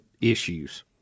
issues